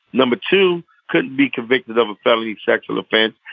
number two couldn't be convicted of a felony sexual offense.